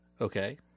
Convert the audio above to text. okay